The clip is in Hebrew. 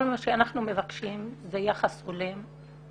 כל מה שאנחנו מבקשים זה יחס הולם,